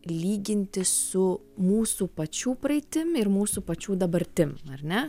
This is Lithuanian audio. lyginti su mūsų pačių praeitim ir mūsų pačių dabartim ar ne